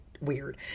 weird